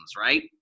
right